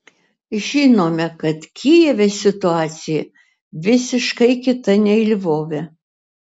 žinome kad kijeve situacija visiškai kita nei lvove